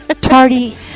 Tardy